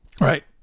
Right